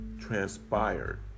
transpired